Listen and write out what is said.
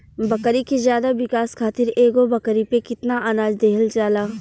बकरी के ज्यादा विकास खातिर एगो बकरी पे कितना अनाज देहल जाला?